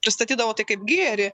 pristatydavo tai kaip gėrį